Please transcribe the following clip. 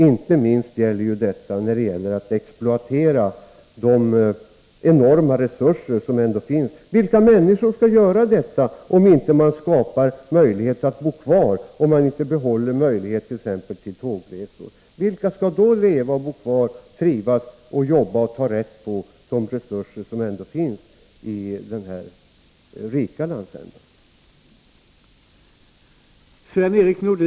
Inte minst är detta fallet när det gäller att exploatera de enorma resurser som finns. Vilka människor skall göra detta, om vi inte skapar möjligheter för dem som bor kvar och om vi inte behåller t.ex. möjligheterna till tågresor? Vilka skall då bo kvar, trivas och jobba och ta reda på de resurser som ändå finns i denna rika landsända?